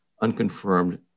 unconfirmed